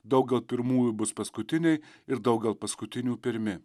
daug gal pirmųjų bus paskutiniai ir daug gal paskutinių pirmi